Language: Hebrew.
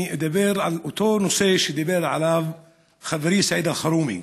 אני אדבר על אותו נושא שדיבר עליו חברי סעיד אלחרומי.